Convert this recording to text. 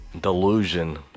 delusion